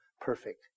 perfect